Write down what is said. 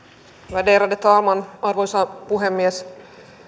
värderade talman arvoisa puhemies